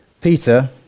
Peter